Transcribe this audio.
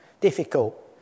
difficult